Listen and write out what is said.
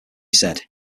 said